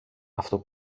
αυτό